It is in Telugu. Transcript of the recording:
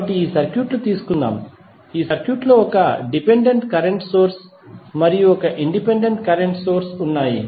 కాబట్టి ఈ సర్క్యూట్ తీసుకుందాం ఈ సర్క్యూట్లో ఒక డిపెండెంట్ కరెంట్ సోర్స్ మరియు ఒక ఇండిపెండెంట్ కరెంట్ సోర్స్ ఉన్నాయి